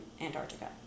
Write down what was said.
Antarctica